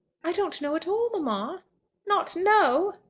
i don't know at all, mamma. not know!